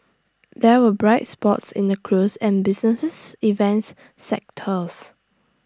there were bright spots in the cruise and businesses events sectors